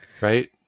right